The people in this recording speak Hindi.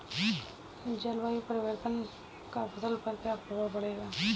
जलवायु परिवर्तन का फसल पर क्या प्रभाव पड़ेगा?